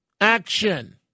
action